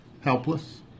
helpless